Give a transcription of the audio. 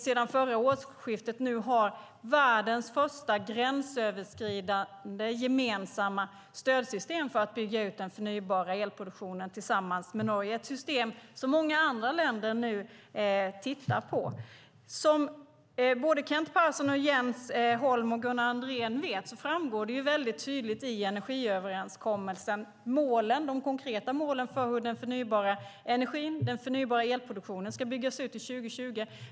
Sedan förra årsskiftet har vi tillsammans med Norge världens första gränsöverskridande gemensamma stödsystem för att bygga ut den förnybara elproduktionen. Det är ett system som många andra länder tittar på. Som både Kent Persson, Jens Holm och Gunnar Andrén vet framgår tydligt i energiöverenskommelsen de konkreta målen för hur den förnybara energin och den förnybara elproduktionen ska byggas ut till 2020.